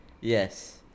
yes